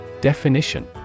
Definition